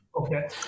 Okay